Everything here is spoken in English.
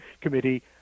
committee